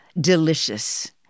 delicious